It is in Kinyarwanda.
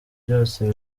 byose